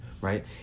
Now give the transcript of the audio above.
right